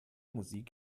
musik